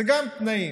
זה גם תנאים,